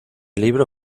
libro